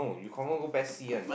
you confirm go P_E_S C one